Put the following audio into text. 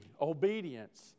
obedience